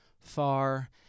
far